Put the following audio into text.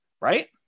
right